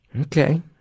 Okay